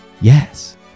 yes